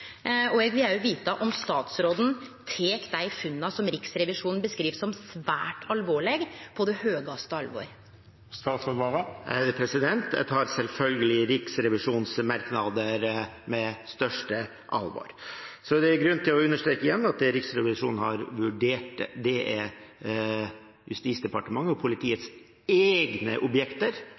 vil òg vite om statsråden tek dei funna som Riksrevisjonen beskriv som svært alvorlege, på største alvor. Jeg tar selvfølgelig Riksrevisjonens merknader på største alvor. Så er det grunn til å understreke igjen at det Riksrevisjonen har vurdert, er Justisdepartementets og politiets egne objekter,